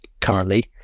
currently